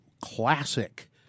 classic